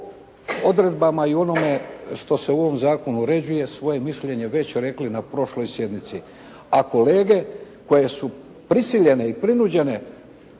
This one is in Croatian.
odredbama i o onome što se u ovom zakonu uređuje svoje mišljenje već rekli na prošloj sjednici, a kolege koje su prisiljene i prinuđene